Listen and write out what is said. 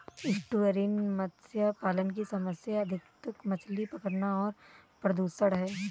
estuarine मत्स्य पालन की समस्या अत्यधिक मछली पकड़ना और प्रदूषण है